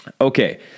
Okay